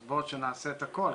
אז בוא שנעשה את הכול,